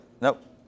nope